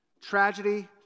Tragedy